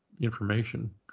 information